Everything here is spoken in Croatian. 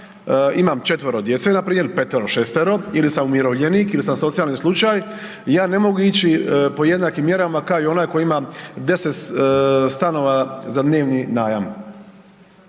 imam četvero djece npr. ili petero, šestero ili sam umirovljenik ili sam socijalni slučaj ja ne mogu ići po jednakim mjerama koji ima deset stanova za dnevni najam.